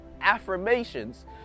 affirmations